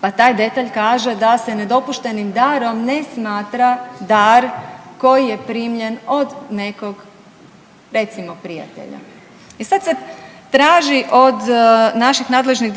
pa taj detalj kaže da se nedopuštenim darom ne smatra dar koji je primljen od nekog recimo prijatelja. I sad se traži od naših nadležnih